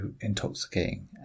intoxicating